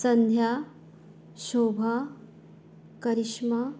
संध्या Shobha करिश्मा